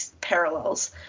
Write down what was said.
parallels